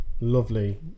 lovely